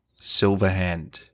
Silverhand